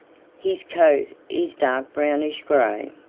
his coat is dark brownish-gray.